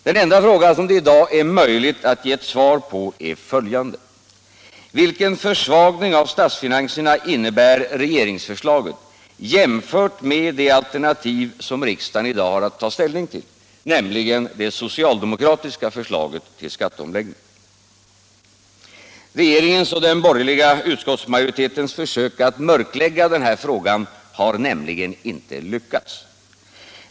Den enda fråga som det i dag är möjligt att ge ett svar på är följande: Vilken försvagning av statsfinanserna innebär regeringsförslaget jämfört med det alternativ som riksdagen i dag har att ta ställning till, nämligen det socialdemokratiska förslaget till skatteomläggning? Regeringens och den borgerliga utskottsmajoritetens försök att mörklägga den här frågan har nämligen inte lyckats.